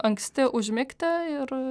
anksti užmigti ir